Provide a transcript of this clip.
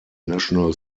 national